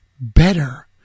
better